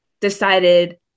decided